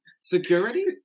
security